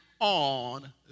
on